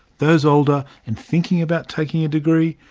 those older and thinking about taking a degree,